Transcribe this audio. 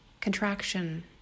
contraction